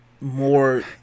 more